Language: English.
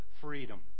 freedom